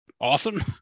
awesome